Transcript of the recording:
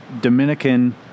Dominican